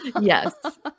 Yes